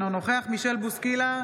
אינו נוכח מישל בוסקילה,